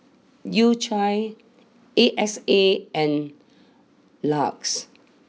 U Cha A X A and LUX